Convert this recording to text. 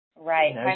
Right